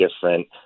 different